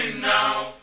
now